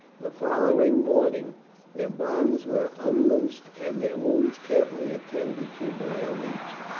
the following morning their bonds were unloosed, and their wounds carefully attended to by a leech.